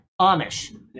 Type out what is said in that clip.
Amish